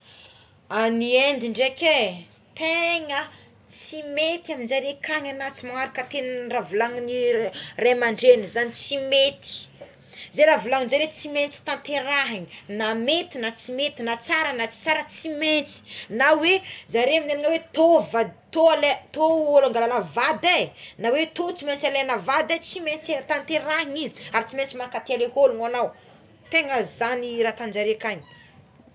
Any Inde draiky é tegna tsy mety aminjareo kany ana tsy magnaraka teny raha volanin'ny ray aman-dreny zany tsy mety, ze raha volanjareo tsy maintsy tanterahina na mety na tsy mety na tsara na tsy tsara tsy maintsy na hoe zare minenana oe to vady to alaigna to olo angala ana vady to tsy maintsy alaigna vady é tsy maintsy tanterahina igny ary tsy maintsy tanterahigna igny ary tsy maintsy makatia le ologno agnao tegna zagny raha ataonjare akagny.